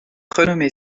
renommée